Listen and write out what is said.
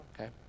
okay